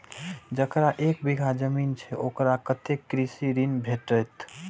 जकरा एक बिघा जमीन छै औकरा कतेक कृषि ऋण भेटत?